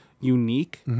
unique